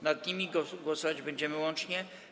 Nad nimi głosować będziemy łącznie.